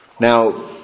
now